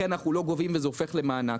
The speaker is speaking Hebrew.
לכן אנו לא גובים וזה הופך למענק.